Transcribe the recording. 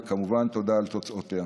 וכמובן תודה על תוצאותיה.